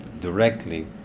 directly